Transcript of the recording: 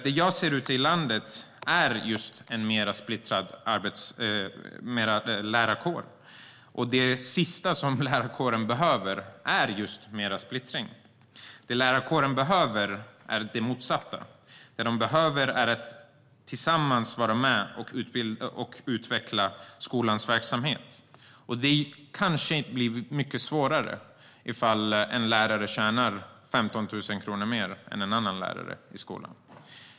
Det jag ser ute i landet är en mer splittrad lärarkår, och det sista den behöver är just mer splittring. Det lärarkåren behöver är det motsatta. Det de behöver är att tillsammans vara med och utveckla skolans verksamhet. Det blir kanske svårare ifall en lärare tjänar 15 000 mer än en annan lärare i skolan.